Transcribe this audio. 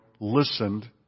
listened